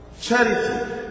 charity